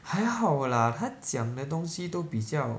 还好 lah 他讲的东西都比较